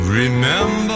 Remember